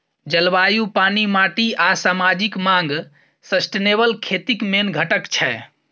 जलबायु, पानि, माटि आ समाजिक माँग सस्टेनेबल खेतीक मेन घटक छै